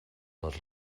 les